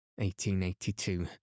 1882